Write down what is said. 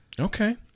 okay